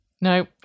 No